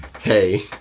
Hey